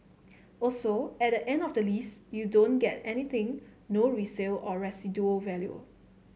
also at the end of the lease you don't get anything no resale or residual value